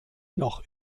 noch